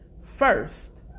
first